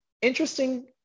Interesting